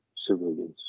Civilians